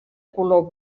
color